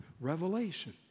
Revelation